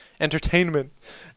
entertainment